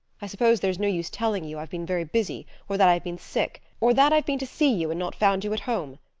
i suppose there's no use telling you i've been very busy, or that i've been sick, or that i've been to see you and not found you at home.